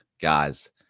guys